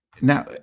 Now